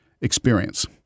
experience